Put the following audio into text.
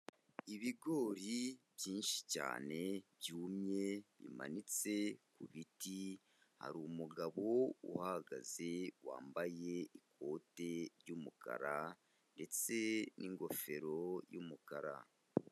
Ibigori byinshi cyane byumye bimanitse ku biti, hari umugabo uhahagaze wambaye ikoti ry'umukara ndetse n'ingofero y'umukara.